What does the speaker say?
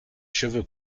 cheveux